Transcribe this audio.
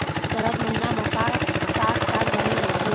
सरद महीना म का साक साग बने होथे?